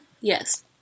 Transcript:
Yes